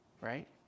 right